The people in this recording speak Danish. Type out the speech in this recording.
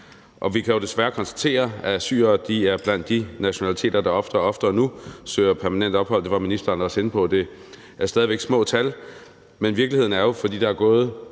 og vi kan jo desværre konstatere, at syrere er blandt de nationaliteter, der oftere og oftere nu søger permanent ophold; det var ministeren også inde på. Det er stadig væk små tal, men virkeligheden er jo, at fordi der er gået